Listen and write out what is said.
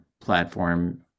platform